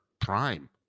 prime